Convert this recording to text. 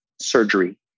surgery